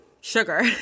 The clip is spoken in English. sugar